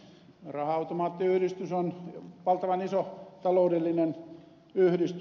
raha automaattiyhdistys on valtavan iso taloudellinen yhdistys